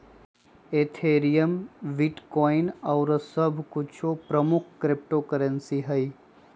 Ethereum, bitcoin आउरो सभ कुछो प्रमुख क्रिप्टो करेंसी हइ